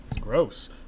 Gross